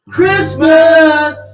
Christmas